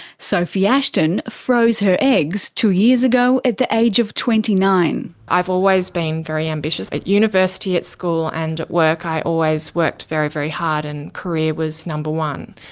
sophie ashton froze her eggs two years ago at the age of twenty nine. i've always been very ambitious. at university, at school and at work, i always worked very, very hard and career was number one.